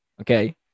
okay